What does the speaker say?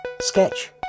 sketch